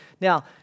Now